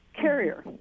carrier